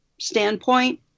standpoint